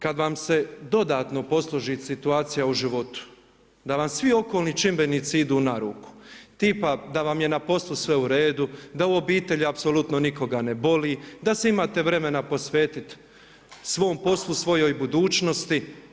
Kad vam se dodatno posloži situacija u životu, da vam svi okolni čimbenici idu na ruku tipa da vam je na poslu sve u redu, da o obitelji apsolutno nikoga ne boli, da se imate vremena posvetiti svom poslu, svojoj budućnosti.